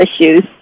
issues